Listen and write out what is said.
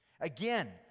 again